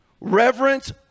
reverence